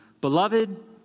Beloved